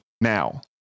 now